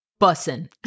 Bussin